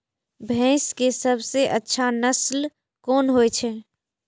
भैंस के सबसे अच्छा नस्ल कोन होय छे?